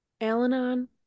Al-Anon